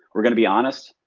we're gonna be honest.